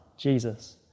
Jesus